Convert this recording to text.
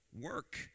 work